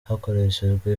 hakoreshejwe